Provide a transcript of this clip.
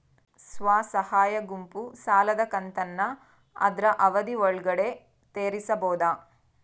ಸ್ವಸಹಾಯ ಗುಂಪು ಸಾಲದ ಕಂತನ್ನ ಆದ್ರ ಅವಧಿ ಒಳ್ಗಡೆ ತೇರಿಸಬೋದ?